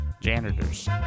Janitors